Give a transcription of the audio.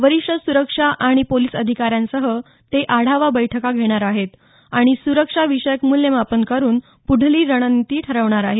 वरिष्ठ सुरक्षा आणि पोलिस अधिकाऱ्यांसह ते आढावा बैठका घेणार आहेत आणि स्रक्षाविषयक मूल्यमापन करून पुढली रणनीती ठरवणार आहेत